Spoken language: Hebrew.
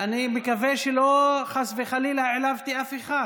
מקווה שחס וחלילה לא העלבתי אף אחד.